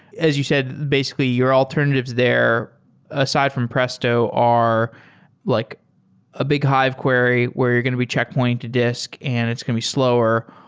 as you said, basically your alternatives there aside from presto are like a big hive query where you're going to be checkpointing to disk and it's can be slower,